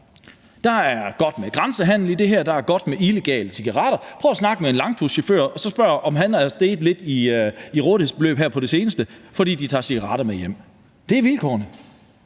der er godt med grænsehandel i det her, og der er godt med illegale cigaretter. Prøv at snakke med en langturschauffør og spørg ham, om han er steget lidt i rådighedsbeløb her på det seneste, fordi de tager cigaretter med hjem. Det er vilkårene,